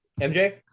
MJ